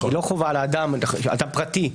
היא לא חובה על האדם, אדם פרטי.